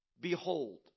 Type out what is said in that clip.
behold